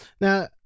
Now